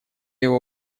его